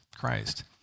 Christ